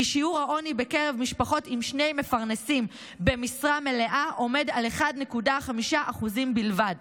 שיעור העוני בקרב משפחות עם שני מפרנסים במשרה מלאה עומד על 1.5% בלבד.